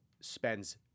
spends